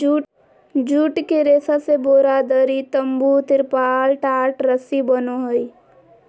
जुट के रेशा से बोरा, दरी, तम्बू, तिरपाल, टाट, रस्सी बनो हइ